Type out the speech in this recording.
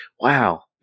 Wow